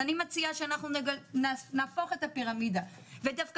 אני מציעה שאנחנו נהפוך את הפירמידה ודווקא